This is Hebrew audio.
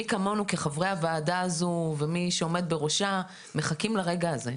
מי כמונו כחברי הוועדה הזו ומי שעומד בראשה מחכים לרגע הזה.